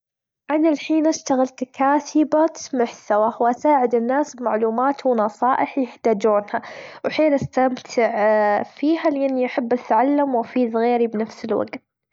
أنا الحين أشتغل ككاتبة محثوى وأساعد الناس بمعلومات ونصائح يحتاجونها، وحين أستمتع فيها لأني أحب أثعلم، وأفيذ غيري بنفس الوجت.